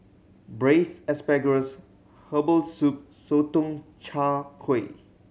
Braised Asparagus herbal soup Sotong Char Kway